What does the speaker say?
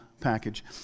package